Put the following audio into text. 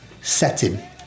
setting